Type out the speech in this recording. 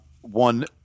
one